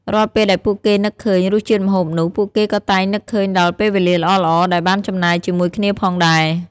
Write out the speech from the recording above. រាល់ពេលដែលពួកគេនឹកឃើញរសជាតិម្ហូបនោះ ពួកគេក៏តែងនឹកឃើញដល់ពេលវេលាល្អៗដែលបានចំណាយជាមួយគ្នាផងដែរ។